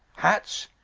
hats,